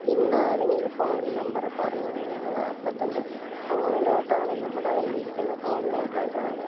ഇന്ന് ആരെങ്കിലും phone number പറഞ്ഞ ഞങ്ങൾ അപ്പോൾത്തന്നെ ഫോണിലോട്ടാണ് നമ്മുടെ കയ്യിലിരിക്കുന്ന ഫോണിലോട്ടേക്കാണ്